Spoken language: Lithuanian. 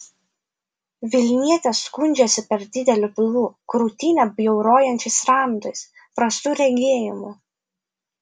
vilnietė skundžiasi per dideliu pilvu krūtinę bjaurojančiais randais prastu regėjimu